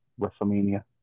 WrestleMania